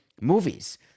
movies